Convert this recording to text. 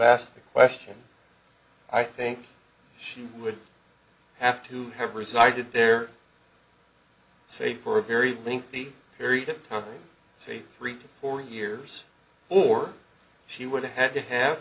asked the question i think she would have to have resided there say for a very lengthy period of time say three to four years or she would have to have